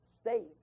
state